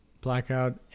Blackout